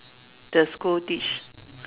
the school teach